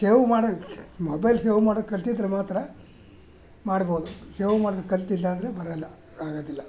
shave ಮಾಡೋಕೆ mobile save ಮಾಡೋಕೆ ಕಲಿತಿದ್ರೆ ಮಾತ್ರ ಮಾಡ್ಬೋದು ಸೇವ್ ಮಾಡೋದಕ್ಕೆ ಕಲಿತಿಲ್ಲ ಅಂದರೆ ಬರೋಲ್ಲ ಆಗೋದಿಲ್ಲ